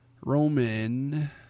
Roman